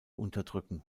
unterdrücken